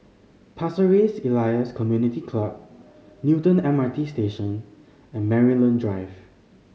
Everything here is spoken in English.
Pasir Ris Elias Community Club Newton M R T Station and Maryland Drive